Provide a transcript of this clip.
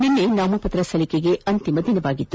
ನಿನ್ನೆ ನಾಮಪತ್ರ ಸಲ್ಲಿಕೆಗೆ ಅಂತಿಮ ದಿನವಾಗಿತ್ತು